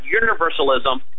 universalism